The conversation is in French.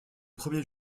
premier